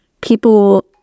people